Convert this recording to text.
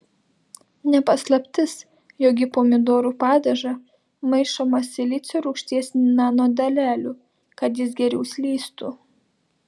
ne paslaptis jog į pomidorų padažą maišoma silicio rūgšties nanodalelių kad jis geriau slystų